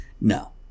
no